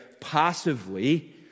passively